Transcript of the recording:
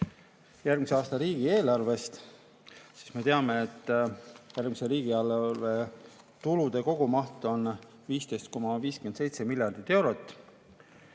järgmise aasta riigieelarvest, siis me teame, et järgmise riigieelarve tulude kogumaht on 15,57 miljardit eurot